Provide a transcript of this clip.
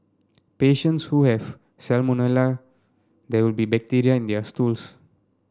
patients who have salmonella there will be bacteria in their stools